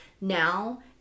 now